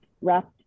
wrapped